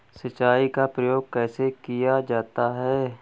सिंचाई का प्रयोग कैसे किया जाता है?